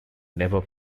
never